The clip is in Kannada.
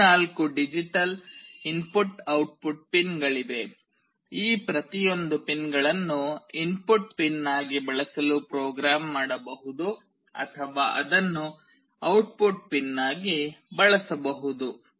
14 ಡಿಜಿಟಲ್ ಇನ್ಪುಟ್ ಔಟ್ಪುಟ್ ಪಿನ್ಗಳಿವೆ ಈ ಪ್ರತಿಯೊಂದು ಪಿನ್ಗಳನ್ನು ಇನ್ಪುಟ್ ಪಿನ್ ಆಗಿ ಬಳಸಲು ಪ್ರೋಗ್ರಾಮ್ ಮಾಡಬಹುದು ಅಥವಾ ಅದನ್ನು ಔಟ್ಪುಟ್ ಪಿನ್ಗಾಗಿ ಬಳಸಬಹುದು